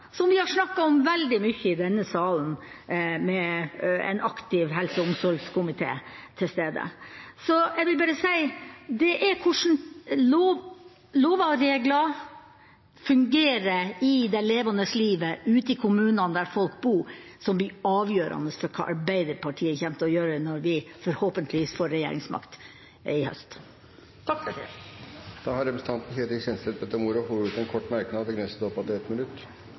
som vi har snakket mye om i denne salen med en aktiv helse- og omsorgskomité til stede. Jeg vil bare si at det er hvordan lover og regler fungerer i det levende livet ute i kommunene der folk bor, som blir avgjørende for hva Arbeiderpartiet kommer til å gjøre når vi forhåpentligvis får regjeringsmakt i høst. Representanten Ketil Kjenseth har hatt ordet to ganger tidligere og får ordet til en kort merknad, begrenset til